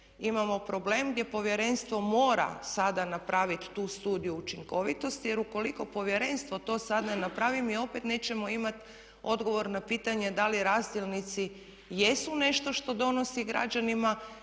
imamo problem gdje povjerenstvo mora sada napraviti tu studiju učinkovitosti, jer ukoliko povjerenstvo to sad ne napravi mi opet nećemo imati odgovor na pitanje da li razdjelnici jesu nešto što donosi građanima